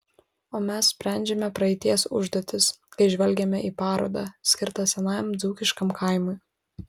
o mes sprendžiame praeities užduotis kai žvelgiame į parodą skirtą senajam dzūkiškam kaimui